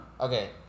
Okay